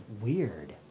weird